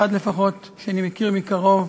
אחד לפחות שאני מכיר מקרוב,